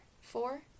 four